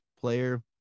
player